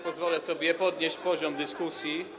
Pozwolę sobie podnieść poziom dyskusji.